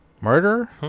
murder